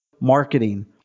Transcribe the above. Marketing